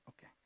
okay